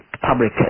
public